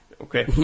Okay